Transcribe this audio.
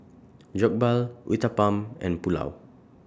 Jokbal Uthapam and Pulao